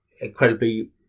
incredibly